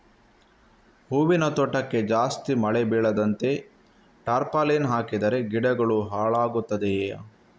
ಹೂವಿನ ತೋಟಕ್ಕೆ ಜಾಸ್ತಿ ಮಳೆ ಬೀಳದಂತೆ ಟಾರ್ಪಾಲಿನ್ ಹಾಕಿದರೆ ಗಿಡಗಳು ಹಾಳಾಗುತ್ತದೆಯಾ?